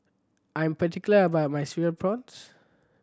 I'm particular about my Cereal Prawns